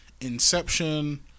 inception